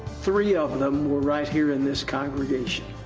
three of them were right here in this congregation.